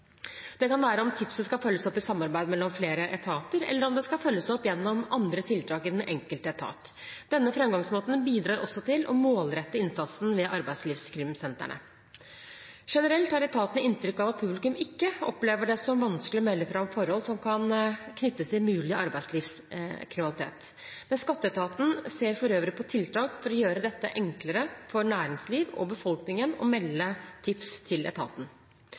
Det kan være om tipset skal følges opp i samarbeid mellom flere etater, eller om det skal følges opp gjennom andre tiltak i den enkelte etat. Denne framgangsmåten bidrar også til å målrette innsatsen ved arbeidslivskrimsentrene. Generelt har etatene inntrykk av at publikum ikke opplever det som vanskelig å melde fra om forhold som kan knyttes til mulig arbeidslivskriminalitet. Skatteetaten ser for øvrig på tiltak for å gjøre det enklere for næringslivet og befolkningen å melde tips til etaten.